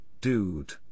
dude